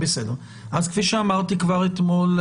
כפי שאמרתי אתמול,